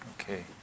Okay